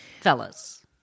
fellas